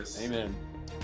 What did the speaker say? Amen